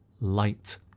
light